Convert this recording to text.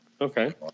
Okay